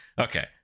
okay